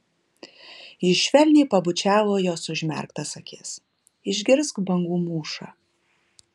jis švelniai pabučiavo jos užmerktas akis išgirsk bangų mūšą